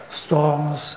storms